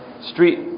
street